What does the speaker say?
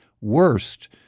worst